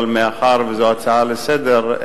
אבל מאחר שזו הצעה לסדר-היום,